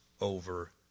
over